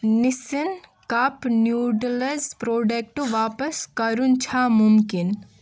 نِسِن cup noodles product واپس کَرُن چھا مُمکِن